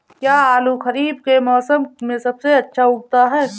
क्या आलू खरीफ के मौसम में सबसे अच्छा उगता है?